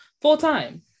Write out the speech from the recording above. full-time